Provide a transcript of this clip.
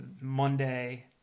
Monday